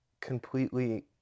completely